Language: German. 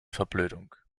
verblödung